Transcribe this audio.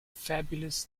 fabulous